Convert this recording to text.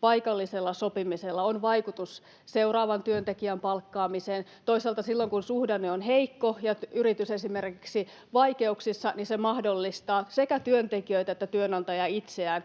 paikallisella sopimisella on vaikutus seuraavan työntekijän palkkaamiseen. Toisaalta silloin, kun suhdanne on heikko ja yritys esimerkiksi vaikeuksissa, se mahdollistaa sekä työntekijöitä että työnantajia itseään